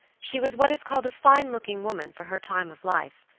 she was what is called a fine looking woman for her time of life,